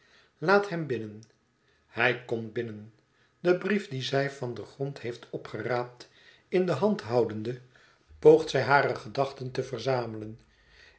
laat hem binnen hij komt binnen den brief dien zij van den grond heeft opgeraapt in de hand houdende poogt zij hare gedachten te verzamelen